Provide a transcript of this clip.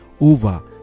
over